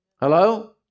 Hello